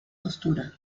costura